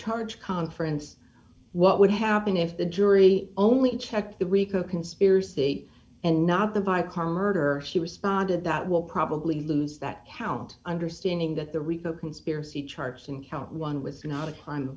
charge conference what would happen if the jury only checked the rico conspiracy and not the viacom murder she responded that will probably lose that count understanding that the rico conspiracy charges and count one was not a crime of